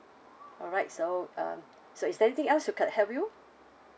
alright so uh so is there anything else I could help you